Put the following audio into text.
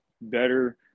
better